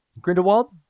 Grindelwald